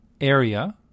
area